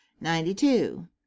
Ninety-two